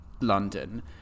London